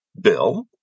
bill